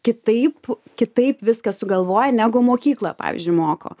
kitaip kitaip viską sugalvoja negu mokykloje pavyzdžiui moko